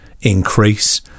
increase